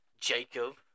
Jacob